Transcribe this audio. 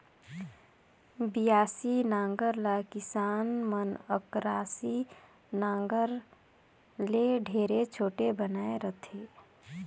बियासी नांगर ल किसान मन अकरासी नागर ले ढेरे छोटे बनाए रहथे